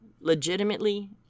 Legitimately